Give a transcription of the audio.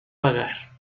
pagar